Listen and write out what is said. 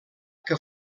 que